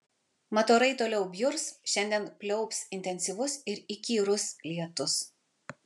mat orai toliau bjurs šiandien pliaups intensyvus ir įkyrus lietus